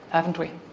haven't we?